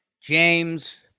James